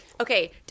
Okay